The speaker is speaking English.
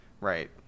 right